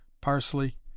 parsley